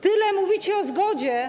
Tyle mówicie o zgodzie.